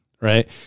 right